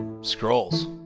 scrolls